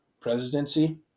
presidency